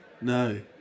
No